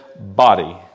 body